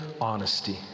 honesty